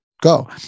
Go